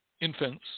infants